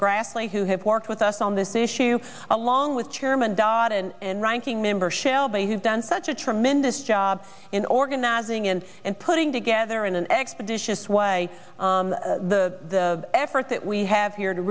grassley who have worked with us on this issue along with chairman dodd and ranking member shelby has done such a tremendous job in organizing and and putting together in an expeditious way the effort that we have here to